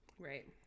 Right